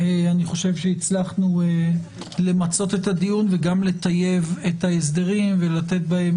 הצלחנו למצות את הדיון וגם לטייב את ההסדרים ולתת בהם